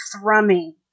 thrumming